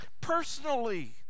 personally